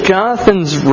Jonathan's